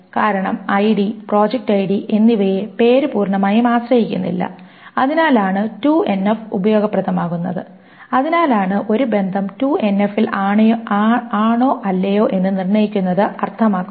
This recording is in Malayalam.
കാരണം ഐഡി പ്രോജക്റ്റ് ഐഡി എന്നിവയെ പേര് പൂർണ്ണമായും ആശ്രയിക്കുന്നില്ല അതിനാലാണ് 2NF ഉപയോഗപ്രദമാകുന്നത് അതിനാലാണ് ഒരു ബന്ധം 2NF ൽ ആണോ അല്ലയോ എന്ന് നിർണ്ണയിക്കുന്നത് അർത്ഥമാക്കുന്നത്